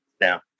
now